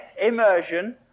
Immersion